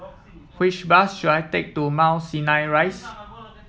which bus should I take to Mount Sinai Rise